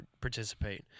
participate